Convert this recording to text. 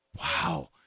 Wow